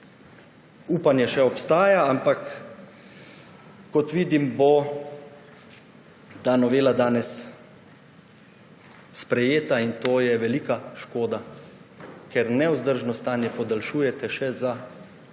Upanje še obstaja, ampak kot vidim, bo ta novela danes sprejeta, in to je velika škoda, ker nevzdržno stanje podaljšujete še za vsaj